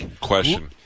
Question